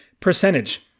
percentage